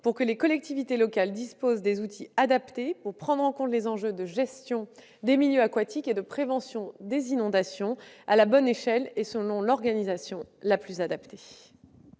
pour que les collectivités locales disposent des outils adaptés pour prendre en compte les enjeux de gestion des milieux aquatiques et de prévention des inondations à la bonne échelle et selon l'organisation la plus adaptée.